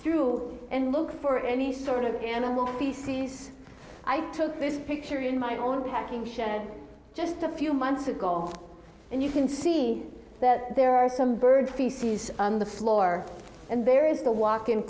through and look for any sort of animal feces i took this picture in my own packing just a few months ago and you can see that there are some bird feces on the floor and there is the walk in